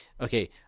okay